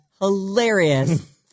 Hilarious